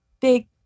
big